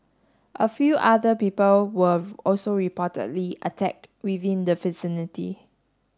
a few other people were also reportedly attacked within the vicinity